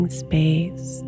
space